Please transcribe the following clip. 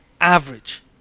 Average